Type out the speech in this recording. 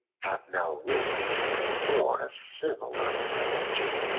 have now reason to deplore a similar misfortune.